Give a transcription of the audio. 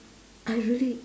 I really